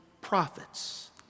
prophets